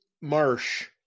Marsh